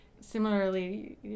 similarly